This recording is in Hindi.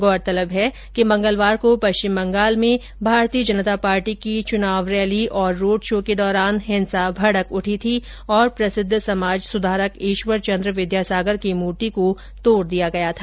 गौरतलब है कि मंगलवार को पश्चिम बंगाल में भारतीय जनता पार्टी की चुनाव रैली और रोड शो के दौरान हिंसा भडक उठी थी और प्रसिद्व समाज सुधारक ईश्वर चन्द्र विद्यासागर की मूर्ति को तोड दिया गया था